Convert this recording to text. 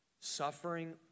suffering